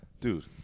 dude